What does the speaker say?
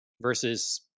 versus